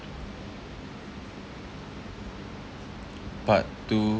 part two